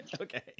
Okay